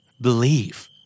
Believe